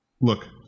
Look